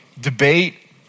debate